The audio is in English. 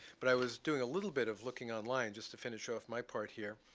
but i was doing a little bit of looking online, just to finish off my part here.